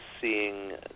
seeing